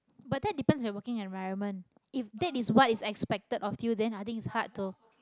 but that depends on your working environment if that is what is expected of you then i think it's hard to